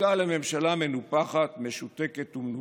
הייתה לממשלה מנופחת, משותקת ומנותקת,